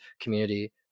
community